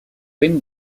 finn